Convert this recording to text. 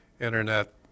Internet